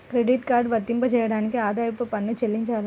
Credit card వర్తింపజేయడానికి ఆదాయపు పన్ను చెల్లించాలా?